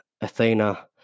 Athena